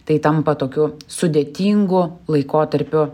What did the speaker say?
tai tampa tokiu sudėtingu laikotarpiu